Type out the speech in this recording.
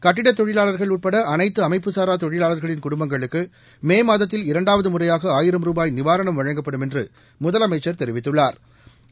கட்டடத் தொழிலாளர்கள் உட்பட அனைத்து அமைப்புசாரா தொழிலாளர்களின் குடும்பங்களுக்கு மே மாதத்தில் இரண்டாவது முறையாக ஆயிரம் ரூபாய் நிவாரணம் வழங்கப்படும் என்று முதலமைச்ச் தெரிவித்துள்ளா்